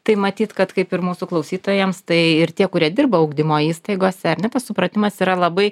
tai matyt kad kaip ir mūsų klausytojams tai ir tie kurie dirba ugdymo įstaigose ar ne tas supratimas yra labai